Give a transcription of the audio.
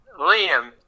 Liam